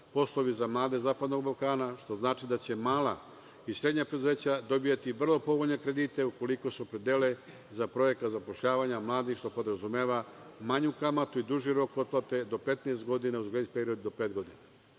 poslovi za mlade zapadnog Balkana, što znači da će mala i srednja preduzeća dobijati vrlo povoljne kredite ukoliko se opredele za projekat zapošljavanja mladih što podrazumeva manju kamatu i duži rok otplate do 15 godina uz grejs period do pet godina. Ovo